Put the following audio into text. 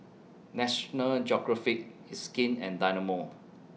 National Geographic It's Skin and Dynamo